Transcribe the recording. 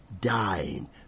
dying